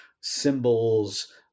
symbols